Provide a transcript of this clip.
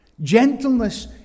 Gentleness